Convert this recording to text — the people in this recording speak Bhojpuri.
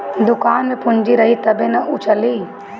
दुकान में पूंजी रही तबे उ चली